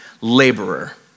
laborer